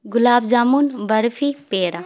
گلاب jamun barfi پیڑا